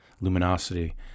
luminosity